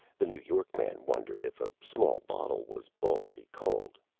the new york man wondered if a small bottle was already cold.